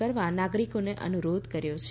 કરવા નાગરિકોને અનુરોધ કર્યો છે